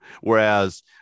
Whereas